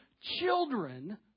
children